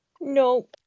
No